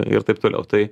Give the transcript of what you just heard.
ir taip toliau tai